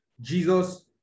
Jesus